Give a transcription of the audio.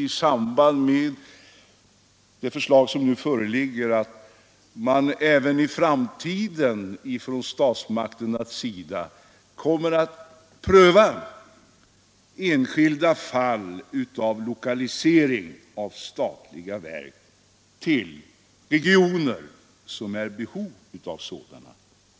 I samband med det förslag som nu föreligger räknar jag självfallet med att statsmakterna även i framtiden kommer att pröva enskilda fall av lokalisering av statliga verk till regioner som är i behov av sådana